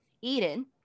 eden